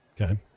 Okay